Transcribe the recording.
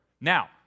Now